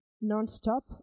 non-stop